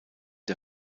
der